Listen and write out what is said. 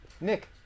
Nick